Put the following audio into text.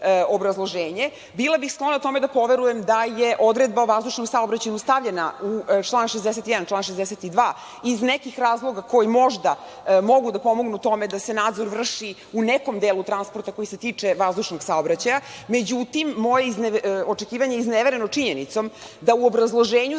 obrazloženje? Bila bih sklona tome da poverujem da je odredba o vazdušnom saobraćaju stavljena u član 61. ili član 62. iz nekih razloga koji možda mogu da pomognu tome da se nadzor vrši u nekom delu transporta koji se tiče vazdušnog saobraćaja, međutim, moje očekivanje je iznevereno činjenicom da u obrazloženju